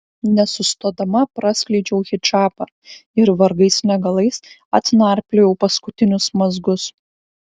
nesustodama praskleidžiau hidžabą ir vargais negalais atnarpliojau paskutinius mazgus